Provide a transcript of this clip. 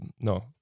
no